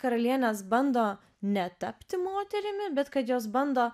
karalienės bando ne tapti moterimi bet kad jos bando